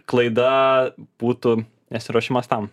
klaida būtų nesiruošimas tam